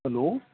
hello